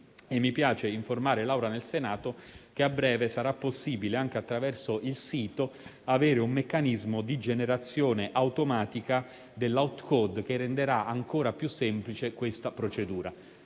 mi piace informare l'Assemblea del Senato che a breve sarà possibile, anche attraverso il sito, avere un meccanismo di generazione automatica dell'*authcode* che renderà ancora più semplice la procedura.